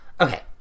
okay